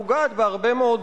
פוגעת בהרבה מאוד דברים,